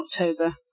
October